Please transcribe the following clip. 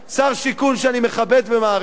שר שיכון שאני מכבד ומעריך,